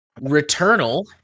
Returnal